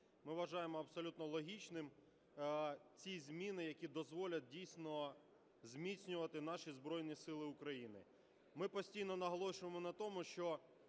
Ми вважаємо абсолютно логічними ці зміни, які дозволять дійсно зміцнювати наші Збройні Сили України. Ми постійно наголошуємо на тому, що